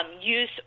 use